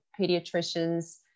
pediatricians